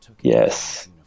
Yes